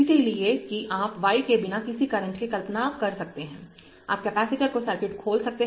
इसलिए कि आप y के बिना किसी करंट की कल्पना कर सकते हैं आप कैपेसिटर को सर्किट खोल सकते हैं